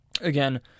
again